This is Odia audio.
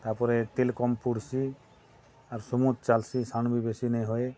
ତାପରେ ତେଲ୍ କମ୍ ପୋଡ଼୍ସି ଆର ସମୂହ ଚାଲସି ସାଉଣ୍ଡ ବି ବେଶୀ ନାଇଁ ହଏ